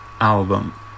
album